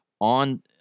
on